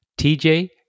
TJ